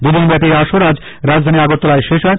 দুদিনব্যাপী এই আসর আজ রাজধানী আগরতলায় শেষ হয়